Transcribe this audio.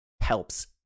helps